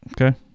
Okay